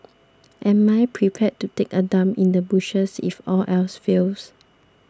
am I prepared to take a dump in the bushes if all else fails